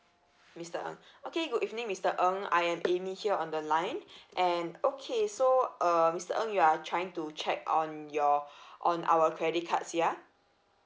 mister ng okay good evening mister ng I am amy here on the line and okay so uh mister ng you are trying to check on your on our credit cards ya